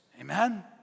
Amen